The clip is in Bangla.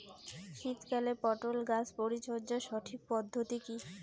শীতকালে পটল গাছ পরিচর্যার সঠিক পদ্ধতি কী?